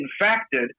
infected